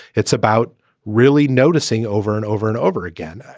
it's about really noticing over and over and over again.